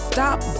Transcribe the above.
Stop